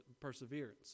perseverance